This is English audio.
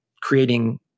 creating